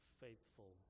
faithful